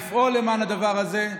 לפעול למען הדבר הזה.